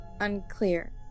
unclear